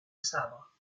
sabre